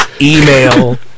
Email